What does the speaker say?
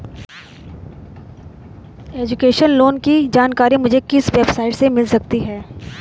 Education loan की जानकारी मुझे किस वेबसाइट से मिल सकती है?